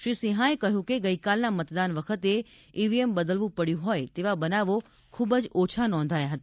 શ્રી સિંહાએ કહ્યું કે ગઈકાલના મતદાન વખતે ઈવીએમ બદલવું પડ્યું હોય તેવા બનાવો ખુબ જ ઓછા નોંધાયા હતા